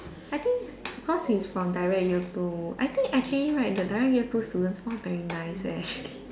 I think because he's from direct year two I think actually right the direct year two students all very nice eh actually